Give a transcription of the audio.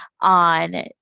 on